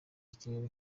ikirere